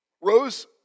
Rose